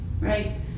right